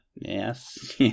Yes